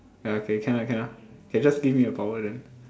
ya okay can ah can ah can just give me a power then